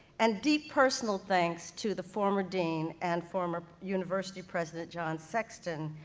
and deep personal thanks to the former dean, and former university president john sexton,